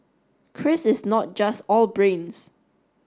Chris is not just all brains